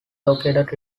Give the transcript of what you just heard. located